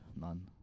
None